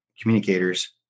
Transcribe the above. communicators